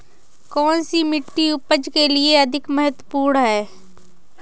कौन सी मिट्टी उपज के लिए अधिक महत्वपूर्ण है?